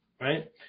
right